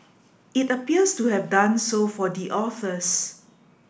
it appears to have done so for the authors